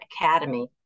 academy